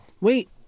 Wait